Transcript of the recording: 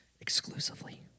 exclusively